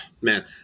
man